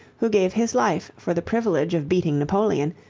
who gave his life for the privilege of beating napoleon,